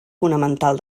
fonamental